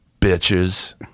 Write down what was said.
bitches